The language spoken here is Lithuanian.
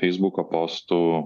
feisbuko postų